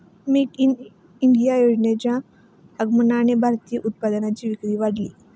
make in India योजनेच्या आगमनाने भारतीय उत्पादनांची विक्री वाढली